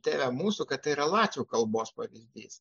tėve mūsų kad tai yra latvių kalbos pavyzdys